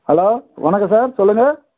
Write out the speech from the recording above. hello வணக்கம் sir சொல்லுங்கள்